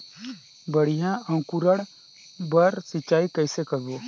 बढ़िया अंकुरण बर सिंचाई कइसे करबो?